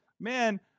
man